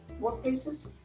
workplaces